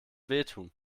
wehtun